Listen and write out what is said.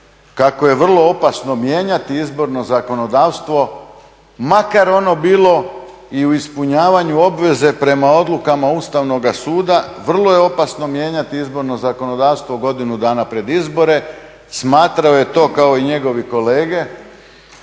kako je vrlo opasno mijenjati izborno zakonodavstvo makar ono bilo i u ispunjavanju obveze prema odlukama Ustavnoga suda, vrlo je opasno mijenjati izborno zakonodavstvo godinu dana pred izbore, smatrao je to kao i njegovi kolege